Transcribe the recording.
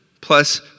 Plus